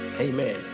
Amen